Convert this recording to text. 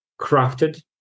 crafted